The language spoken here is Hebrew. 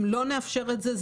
אם לא נאפשר את זה,